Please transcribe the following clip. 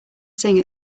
sing